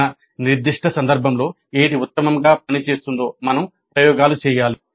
మన నిర్దిష్ట సందర్భంలో ఏది ఉత్తమంగా పనిచేస్తుందో మనం ప్రయోగాలు చేయాలి